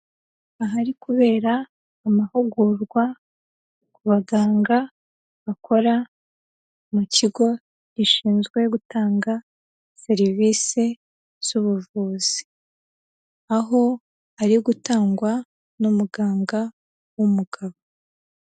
Ahari kubera amahugurwa ku baganga bakora mu kigo gishinzwe gutanga serivise z'ubuvuzi aho ari gutangwa n'umuganga w'umugabo.